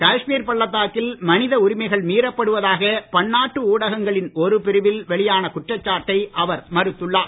காஷ்மீர் பள்ளத்தாக்கில் மனித உரிமைகள் மீறப்படுவதாக பன்னாட்டு ஊடகங்களின் ஒரு பிரிவில் வெளியான குற்றச்சாட்டை அவர் மறுத்துள்ளார்